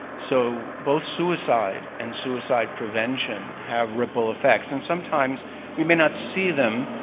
so, both suicide and suicide prevention have ripple effects. and sometimes we may not see them.